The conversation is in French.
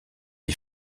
est